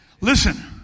Listen